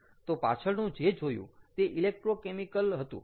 તો પાછળનું જે જોયું તે ઇલેક્ટ્રોકેમિકલ હતું